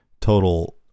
total